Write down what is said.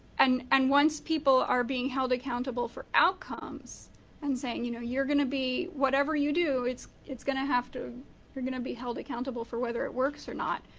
and and once people are being held accountable for outcomes and saying, you know you're going to be whatever you do, it's it's going to have to you're going to be held accountable for whether it works or not,